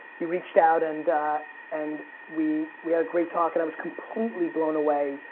you reached out and and we we had a great talk and i was completely blown away.